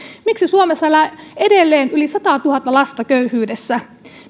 miksi suomessa elää edelleen yli satatuhatta lasta köyhyydessä